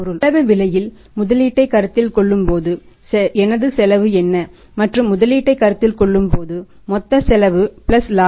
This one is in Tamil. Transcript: செலவு விலையில் முதலீட்டைக் கருத்தில் கொள்ளும்போது எனது செலவு என்னமற்றும் முதலீட்டை கருத்தில் கொள்ளும் போது மொத்த செலவு பிளஸ் இலாபம்